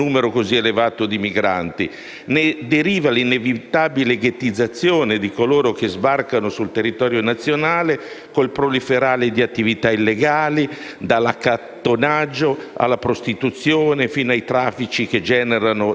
il proliferare di attività illegali, dall'accattonaggio alla prostituzione, fino ai traffici che generano il maggiore allarme sociale tra strati crescenti dell'intera popolazione, di cui fanno parte gli stessi